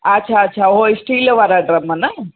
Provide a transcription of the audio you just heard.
अच्छा अच्छा उहो इस्टील वारा ड्रम न